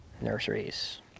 nurseries